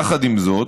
יחד עם זאת,